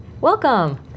Welcome